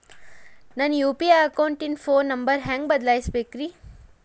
ನನ್ನ ಯು.ಪಿ.ಐ ಅಕೌಂಟಿನ phone number ಹೆಂಗ್ ಬದಲಾಯಿಸ ಬೇಕ್ರಿ?